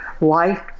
Life